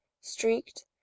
streaked